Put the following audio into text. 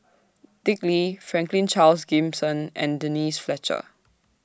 Dick Lee Franklin Charles Gimson and Denise Fletcher